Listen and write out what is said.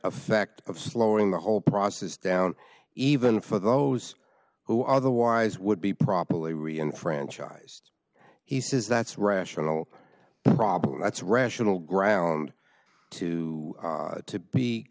effect of slowing the whole process down even for those who otherwise would be properly rian franchised he says that's rational problem that's rational ground to to be